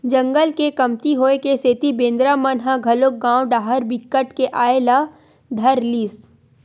जंगल के कमती होए के सेती बेंदरा मन ह घलोक गाँव डाहर बिकट के आये ल धर लिस